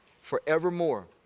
forevermore